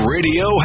Radio